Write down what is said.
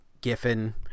Giffen